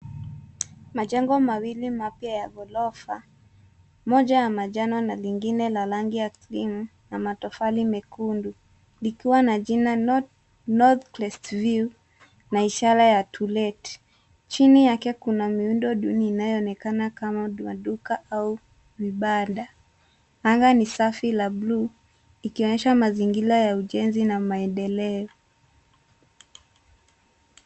Majengo mawili mapya ya ghorofa. Moja ya manjano na lingine la rangi ya krimu, na matofali mekundu. Likiwa na jina Northcrest View. Chini yake kuna miundo dun inayoonekana kama maduka au vibanda. Anga ni safi la bluu, ikionyesha mazingira ya ujenzi na maendeleo.